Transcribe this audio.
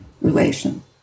relation